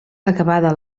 acabada